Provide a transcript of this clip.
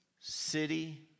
city